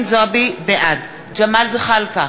בעד ג'מאל זחאלקה,